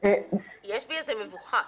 יש בי איזו מבוכה.